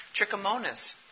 Trichomonas